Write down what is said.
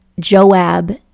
Joab